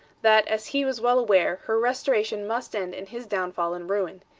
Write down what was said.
that, as he was well aware, her restoration must end in his downfall and ruin.